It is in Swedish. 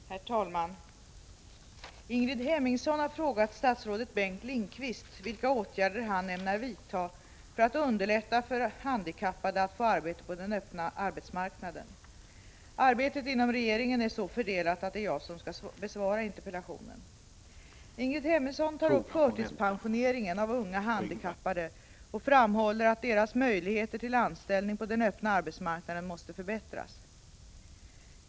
Herr talman! Ingrid Hemmingsson har frågat statsrådet Bengt Lindqvist vilka åtgärder han ämnar vidta för att underlätta för handikappade att få arbete på den öppna arbetsmarknaden. Arbetet inom regeringen är så fördelat att det är jag som skall besvara interpellationen. Ingrid Hemmingsson tar upp förtidspensioneringen av unga handikappade och framhåller att deras möjligheter till anställning på den öppna arbetsmarknaden måste förbättras.